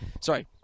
Sorry